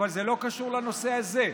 אבל זה לא קשור לנושא הזה.